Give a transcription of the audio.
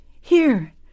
Here